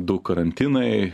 du karantinai